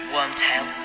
Wormtail